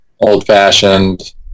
Old-fashioned